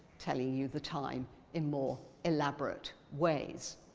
telling you the time in more elaborate ways.